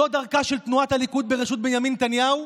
זו דרכה של תנועת הליכוד בראשות בנימין נתניהו,